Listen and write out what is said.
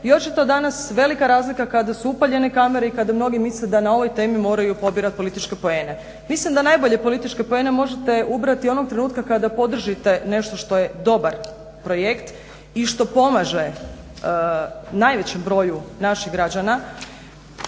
i očito danas velika razlika kada su upaljene kamere i kada mnogi misle da na ovoj temi moraju pobirat političke poene. Mislim da najbolje političke poene možete ubrati onoga trenutka kada podržite nešto što je dobar projekt i što pomaže najvećem broju naših građana.